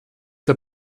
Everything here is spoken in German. der